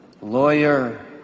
lawyer